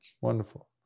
Wonderful